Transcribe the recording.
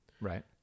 Right